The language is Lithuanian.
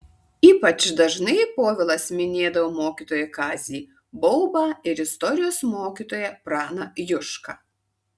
ypač dažnai povilas minėdavo mokytoją kazį baubą ir istorijos mokytoją praną jušką